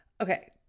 Okay